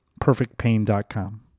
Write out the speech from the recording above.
Perfectpain.com